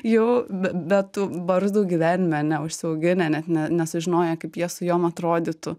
jau be be tų barzdų gyvenime neužsiauginę net ne nesužinoję kaip jie su jom atrodytų